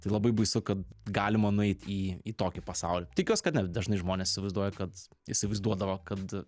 tai labai baisu kad galima nueit į į tokį pasaulį tikiuos kad ne dažnai žmonės įsivaizduoja kad įsivaizduodavo kad